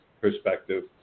perspective